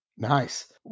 Nice